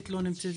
לא.